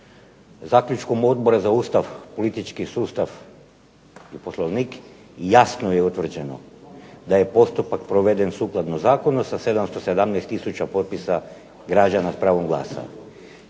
Zaključkom Odbora za Ustav, politički sustav i Poslovnik jasno je utvrđeno da je postupak proveden sukladno zakonu sa 717 tisuća potpisa građana s pravom glasa